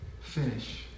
finish